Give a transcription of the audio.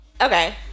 Okay